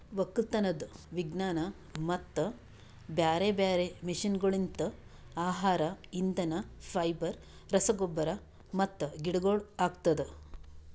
ಒಕ್ಕಲತನದ್ ವಿಜ್ಞಾನ ಮತ್ತ ಬ್ಯಾರೆ ಬ್ಯಾರೆ ಮಷೀನಗೊಳ್ಲಿಂತ್ ಆಹಾರ, ಇಂಧನ, ಫೈಬರ್, ರಸಗೊಬ್ಬರ ಮತ್ತ ಗಿಡಗೊಳ್ ಆಗ್ತದ